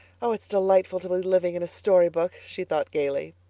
oh, it's delightful to be living in a storybook, she thought gaily.